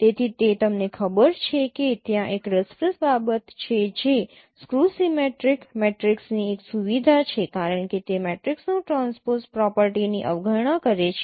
તેથી તે તમને ખબર છે કે ત્યાં એક રસપ્રદ બાબત છે જે સ્ક્યૂ સિમેટ્રિક મેટ્રિક્સની એક સુવિધા છે કારણ કે તે મેટ્રિક્સનું ટ્રાન્સપોઝ પ્રોપર્ટીની અવગણના કરે છે